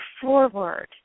forward